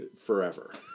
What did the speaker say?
forever